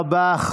תודה רבה.